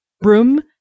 broom